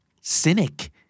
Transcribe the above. Cynic